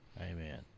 amen